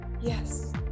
Yes